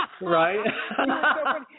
Right